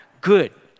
good